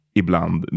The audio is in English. ibland